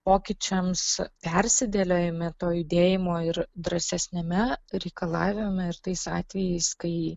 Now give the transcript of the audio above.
pokyčiams persidėliojami to judėjimo ir drąsesniame reikalavime ir tais atvejais kai